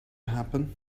happen